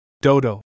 Dodo